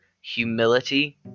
humility